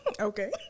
Okay